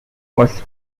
was